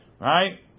Right